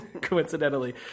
coincidentally